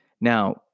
Now